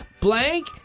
Blank